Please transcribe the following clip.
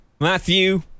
Matthew